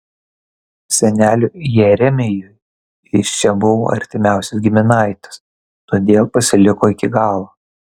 seneliui jeremijui jis čia buvo artimiausias giminaitis todėl pasiliko iki galo